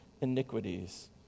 iniquities